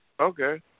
Okay